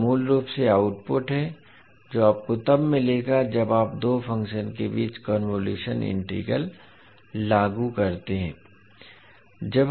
यह मूल रूप से आउटपुट है जो आपको तब मिलेगा जब आप दो फंक्शन के बीच कन्वोलुशन इंटीग्रल लागू करते हैं